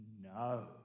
no